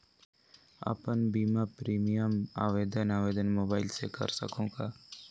अपन बीमा प्रीमियम आवेदन आवेदन मोबाइल से कर सकहुं का?